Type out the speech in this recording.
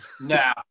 no